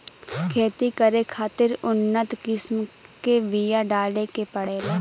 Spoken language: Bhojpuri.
खेती करे खातिर उन्नत किसम के बिया डाले के पड़ेला